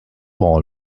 all